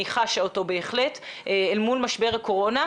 חשה אותו בהחלט אל מול משבר הקורונה,